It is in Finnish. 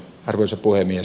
arvoisa puhemies